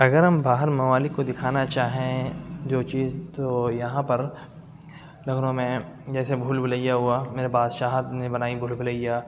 اگر ہم باہر ممالک کو دکھانا چاہیں جو چیز تو یہاں پر لکھنؤ میں جیسے بھول بھلیاں ہوا میرا بادشاہت نے بنائی بھول بھلیاں